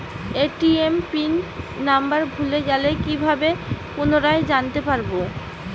ATM PIN number ভুলে গেলে কি ভাবে পুনরায় জানতে পারবো?